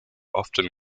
often